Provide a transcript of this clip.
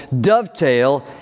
dovetail